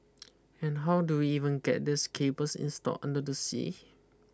and how do we even get these cables install under the sea